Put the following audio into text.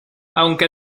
aunque